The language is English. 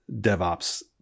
devops